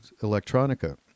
electronica